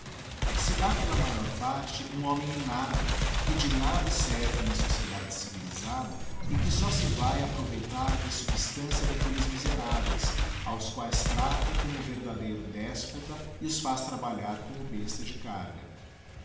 se dá pela maior parte um homem inhabil que de nada serve na sociedade civilísada e que só se váe aproveitar da subdigiti zedby google btancia d'aquelles miseráveis aos quaes trata como verdadeiro déspota e os faz trabalhar como besta de carga